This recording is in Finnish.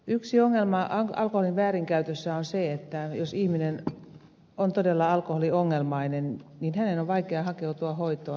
yksi ongelma alkoholin väärinkäytössä on se että jos ihminen on todella alkoholiongelmainen niin hänen on vaikea hakeutua hoitoon